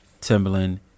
Timberland